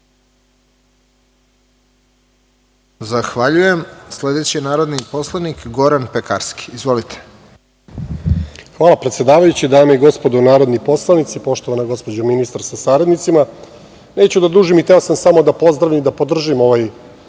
Zahvaljujem. Sledeći je narodni poslanik Goran Pekarski. Izvolite. **Goran Pekarski** Hvala predsedavajući. Dame i gospodo narodni poslanici, poštovana gospođo ministar sa saradnicima, neću da dužim i hteo sam samo da podržim ove